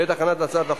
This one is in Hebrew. בעד, 13,